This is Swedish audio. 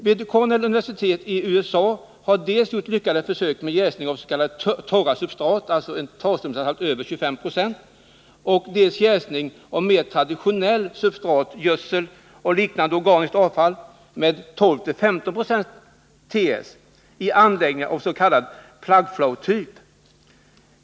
Vid Cornell University i USA har gjorts lyckade försök med dels jäsning av s.k. torra substrat , dels jäsning av mer traditionella substrat i anläggningar av plug-flow-typ.